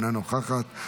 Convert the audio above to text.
אינה נוכחת,